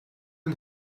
and